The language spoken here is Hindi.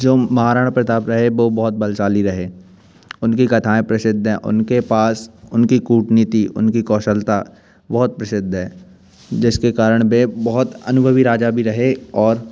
जो महाराणा प्रताप रहे वो बहुत बलशाली रहे उनकी कथाएं प्रसिद्ध हैं उनके पास उनकी कूटनीति उनकी कौशलता बहुत प्रसिद्ध है जिसके कारण वे बहुत अनुभवी राजा भी रहे और